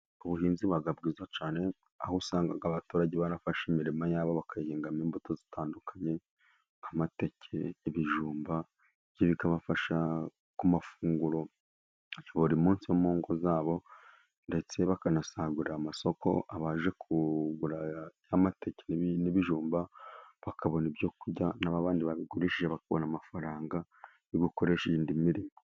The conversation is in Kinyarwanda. Ubuhinzi buba bwiza cyane, aho usanga abaturage barafashe imirimo ya bo bakayihingamo imbuto zitandukanye, nk'amateke, ibijumba, ibyo bikabafasha ku mafunguro ya buri munsi mu ngo za bo, ndetse bakanasagurira amasoko, abaje kugura ya mateke n'ibijumba bakabona ibyo kurya, na ba bandi baje kubigurisha bakabasha kubona amafaranga yo gukoresha indi mirimo.